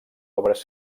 obres